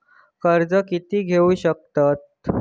कर्ज कीती घेऊ शकतत?